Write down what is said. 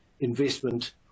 investment